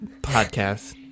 podcast